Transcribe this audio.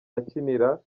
akinira